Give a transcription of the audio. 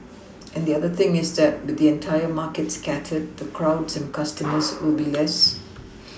and the other thing is that with the entire market scattered the crowds and customers will be less